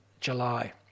July